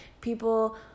People